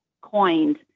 coined